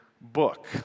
book